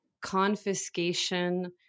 confiscation